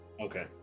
Okay